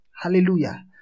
Hallelujah